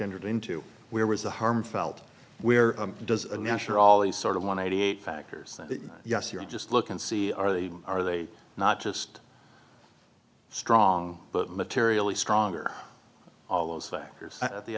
entered into where was the harm felt where does a national all the sort of one eighty eight factors yes you're just look and see are they are they not just strong but materially stronger all those factors the